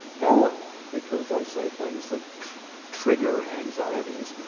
no, because i say things that trigger anxieties.